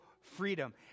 freedom